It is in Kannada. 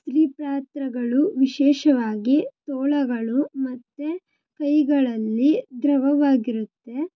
ಸ್ತ್ರೀ ಪಾತ್ರಗಳು ವಿಶೇಷವಾಗಿ ತೋಳುಗಳು ಮತ್ತು ಕೈಗಳಲ್ಲಿ ದ್ರವವಾಗಿರುತ್ತೆ